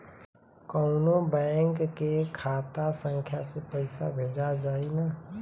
कौन्हू बैंक के खाता संख्या से पैसा भेजा जाई न?